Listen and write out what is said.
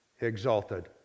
exalted